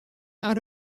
out